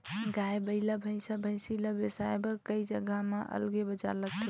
गाय, बइला, भइसा, भइसी ल बिसाए बर कइ जघा म अलगे बजार लगथे